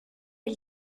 est